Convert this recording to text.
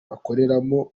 bakoreramo